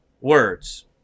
words